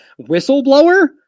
Whistleblower